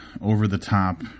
over-the-top